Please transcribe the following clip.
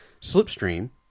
Slipstream